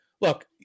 look